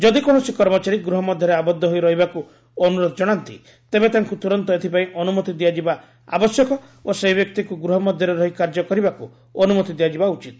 ଯଦି କୌଣସି କର୍ମଚାରୀ ଗୃହ ମଧ୍ୟରେ ଆବଦ୍ଧ ହୋଇ ରହିବାକୁ ଅନୁରୋଧ କଣାନ୍ତି ତେବେ ତାଙ୍କୁ ତୁରନ୍ତ ଏଥିପାର୍ଇ ଅନୁମତି ଦିଆଯିବା ଆବଶ୍ୟକ ଓ ସେହି ବ୍ୟକ୍ତିଙ୍କୁ ଗୃହ ମଧ୍ୟରେ ରହି କାର୍ଯ୍ୟ କରିବାକୁ ଅନୁମତି ଦିଆଯିବା ଉଚିତ